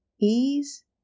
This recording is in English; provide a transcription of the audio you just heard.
ease